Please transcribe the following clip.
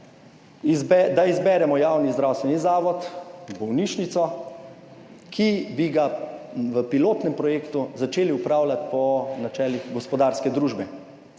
da izberemo javni zdravstveni zavod, bolnišnico, ki bi ga v pilotnem projektu začeli opravljati po načelih gospodarske družbe,